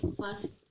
first